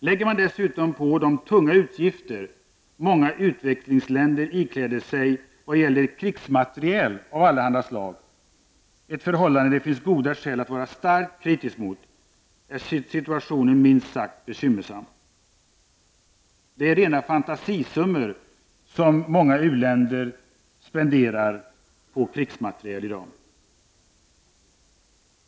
Lägger man dessutom på de tunga utgifter många utvecklingsländer ikläder sig vad gäller krigsmateriel av allehanda slag — ett förhållande det finns goda skäl att vara starkt kritisk mot — är situationen minst sagt bekymmersam. Många u-länder spenderar rena fantasisummor på krigsmateriel i dag.